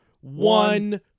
One